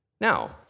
Now